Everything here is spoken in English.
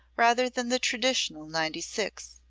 rather than the traditional ninety six.